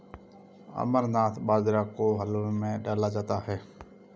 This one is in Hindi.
अमरनाथ बाजरा को हलवे में डाला जाता है